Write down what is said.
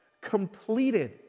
completed